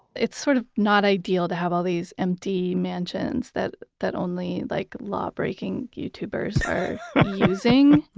it's sort of not ideal to have all these empty mansions that that only like lawbreaking youtubers are using.